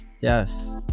yes